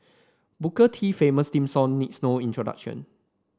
booker T famous theme song needs no introduction